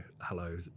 hello